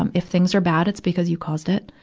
um if things are bad, it's because you caused it.